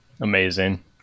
Amazing